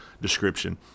description